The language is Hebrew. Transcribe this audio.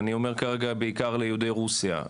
זה נוגע בעיקר ליהודי רוסיה,